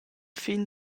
fin